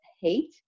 hate